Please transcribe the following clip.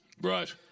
Right